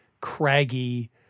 craggy